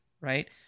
right